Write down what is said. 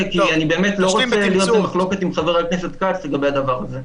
כי אני באמת לא רוצה להיות במחלוקת עם חבר הכנסת כץ לגבי הדבר הזה.